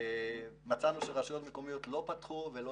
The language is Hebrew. מצאנו שרשויות מקומיות לא פתחו ולא